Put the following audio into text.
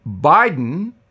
Biden